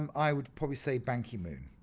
um i would probably say ban ki moon.